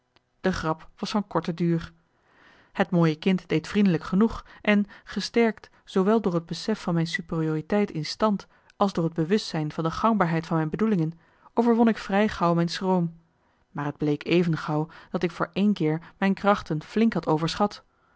de grap was van korte duur het mooie kind deed vriendelijk genoeg en gesterkt zoowel door het besef van mijn superioriteit in stand als door het bewustzijn van de gangbaarheid van mijn bedoelingen overwon ik vrij gauw mijn schroom maar het bleek even gauw dat ik voor één keer mijn krachten flink had overschat